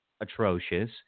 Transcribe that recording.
atrocious